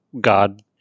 god